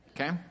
Okay